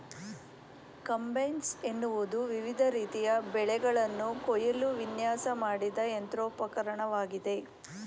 combines ಎನ್ನುವುದು ವಿವಿಧ ರೀತಿಯ ಬೆಳೆಗಳನ್ನು ಕುಯ್ಯಲು ವಿನ್ಯಾಸ ಮಾಡಿದ ಯಂತ್ರೋಪಕರಣವಾಗಿದೆ